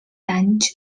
anys